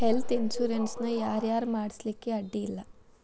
Health insurance ನ ಯಾರ್ ಯಾರ್ ಮಾಡ್ಸ್ಲಿಕ್ಕೆ ಅಡ್ಡಿ ಇಲ್ಲಾ?